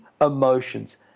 emotions